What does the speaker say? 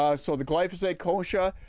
um so the glyphosate kochia,